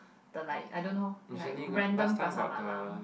the like I don't know like random pasar malam